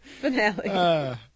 finale